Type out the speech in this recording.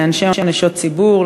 לאנשי או נשות ציבור,